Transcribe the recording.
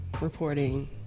reporting